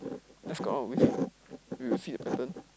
let's come up with we will see the pattern